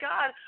God